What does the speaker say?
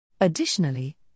Additionally